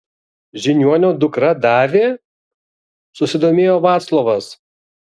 žiniuonio dukra davė susidomėjo vaclovas